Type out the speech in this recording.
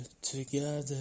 together